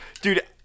dude